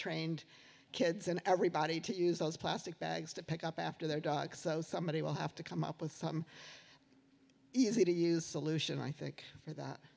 trained kids and everybody to use those plastic bags to pick up after their dogs so somebody will have to come up with some easy to use solution i think for that